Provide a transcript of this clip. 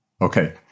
Okay